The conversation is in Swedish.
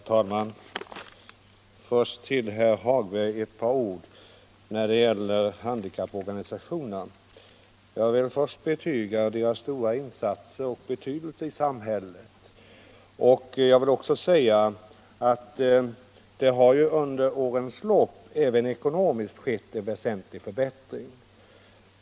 Herr talman! Först ett par ord till herr Hagberg i Borlänge när det gäller handikapporganisationerna. Jag vill betyga deras stora insatser och betydelse i samhället. Jag vill också säga att det under årens lopp skett en väsentlig förbättring på det området.